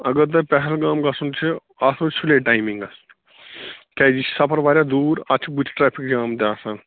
اگر تۄہہِ پہلگام گَژھُن چھُ اَتھ منٛز سُلے ٹایمنٛگس کیٛازِ یہِ چھُ سفر وارِیاہ دوٗر اَتھ چھُ بٔتھِ ٹریفِک جام تہِ آسان